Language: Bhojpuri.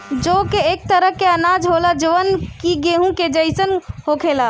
जौ एक तरह के अनाज होला जवन कि गेंहू के जइसन होखेला